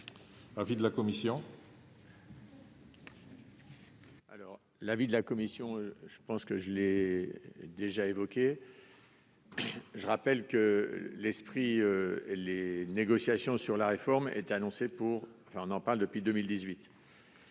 l'avis de la commission ?